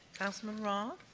councilman roth.